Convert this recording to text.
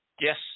Yes